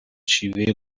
شیوه